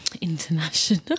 international